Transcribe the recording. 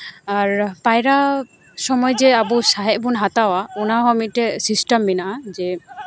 ᱟᱨ ᱯᱟᱭᱨᱟ ᱥᱚᱢᱚᱭ ᱡᱮ ᱟᱵᱚ ᱥᱟᱦᱮᱸᱫ ᱵᱚᱱ ᱦᱟᱛᱟᱣᱟ ᱚᱱᱟ ᱦᱚᱸ ᱢᱤᱫ ᱴᱮᱱ ᱥᱤᱥᱴᱮᱢ ᱢᱮᱱᱟᱜᱼᱟ ᱡᱮ